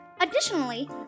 Additionally